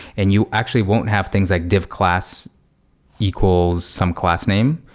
and you actually won't have things like div class equals some class name,